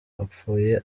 apfuye